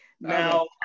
Now